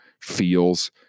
feels